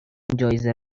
جایزه